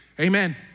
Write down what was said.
Amen